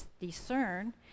discern